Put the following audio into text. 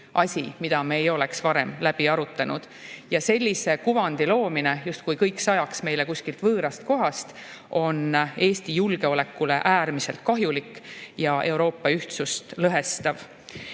mida me ei oleks varem läbi arutanud. Ja sellise kuvandi loomine, justkui kõik sajaks meile kuskilt võõrast kohast, on Eesti julgeolekule äärmiselt kahjulik ja Euroopa ühtsust lõhestav.